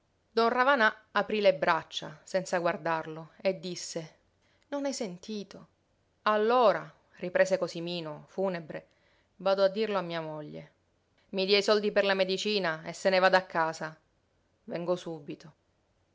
ravanà aprí le braccia senza guardarlo e disse non hai sentito allora riprese cosimino funebre vado a dirlo a mia moglie i dia i soldi per la medicina e se ne vada a casa vengo subito